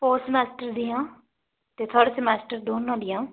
fourth semester ਦੀਆਂ ਤੇ third semester ਦੋਨਾਂ ਦੀਆਂ